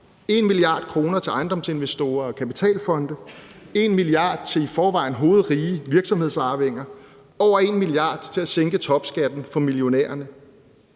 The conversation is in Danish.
1 mia. kr. til ejendomsinvestorer og kapitalfonde, 1 mia. kr. til i forvejen hovedrige virksomhedsarvinger og over 1 mia. kr. til at sænke topskatten for millionærerne.